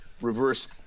reverse